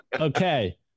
Okay